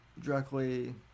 directly